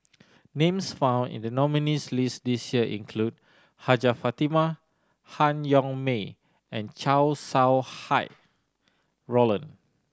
names found in the nominees' list this year include Hajjah Fatimah Han Yong May and Chow Sau Hai Roland